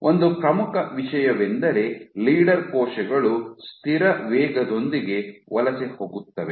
ಒಂದು ಪ್ರಮುಖ ವಿಷಯವೆಂದರೆ ಲೀಡರ್ ಕೋಶಗಳು ಸ್ಥಿರ ವೇಗದೊಂದಿಗೆ ವಲಸೆ ಹೋಗುತ್ತವೆ